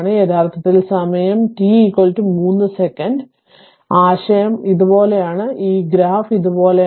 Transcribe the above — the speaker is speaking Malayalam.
യഥാർത്ഥത്തിൽ സമയം t 3 സെക്കൻഡ് യഥാർത്ഥത്തിൽ ആശയം ഇതുപോലെയാണ് ഈ ഗ്രാഫ് ഇതുപോലെയാണ്